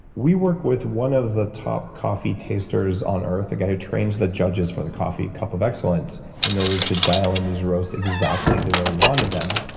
we work with one of the top coffee tasters on earth. the guy who trains the judges for the coffee cup of excellence in order to dial in these roasts exactly the way we wanted them.